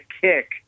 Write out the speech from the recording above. kick